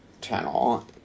channel